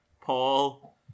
Paul